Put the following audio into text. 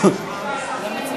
עבד.